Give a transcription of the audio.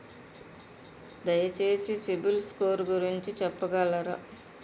దయచేసి CIBIL score గురించి చెప్పగలరా?